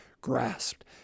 grasped